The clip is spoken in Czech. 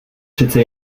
přece